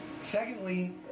Secondly